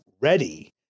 ready